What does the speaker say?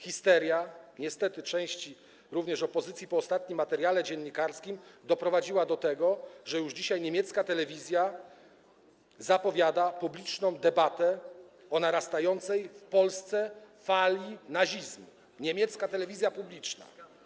Histeria, niestety również części opozycji, po ostatnim materiale dziennikarskim doprowadziła do tego, że już dzisiaj niemiecka telewizja zapowiada publiczną debatę o narastającej w Polsce fali nazizmu, niemiecka telewizja publiczna.